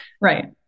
Right